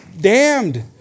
damned